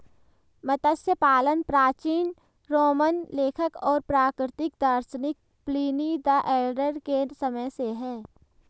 मत्स्य पालन प्राचीन रोमन लेखक और प्राकृतिक दार्शनिक प्लिनी द एल्डर के समय से है